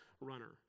runner